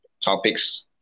topics